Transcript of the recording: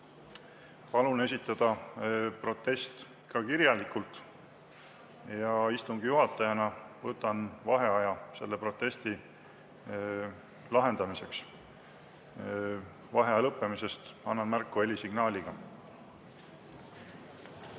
Palun esitada protest ka kirjalikult. Istungi juhatajana võtan vaheaja selle protesti lahendamiseks. Vaheaja lõppemisest annan märku helisignaaliga.V